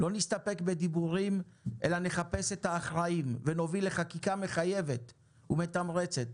לא נסתפק בדיבורים אלא נחפש את האחראים ונוביל לחקיקה מחייבת ומתמרצת.